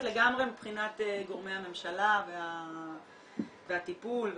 לגמרי מבחינת גורמי הממשלה והטיפול וכולי.